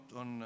on